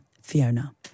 fiona